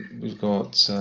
we've got,